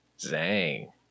zang